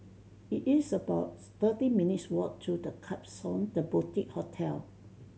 it is about thirteen minutes' walk to The Klapsons The Boutique Hotel